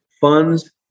funds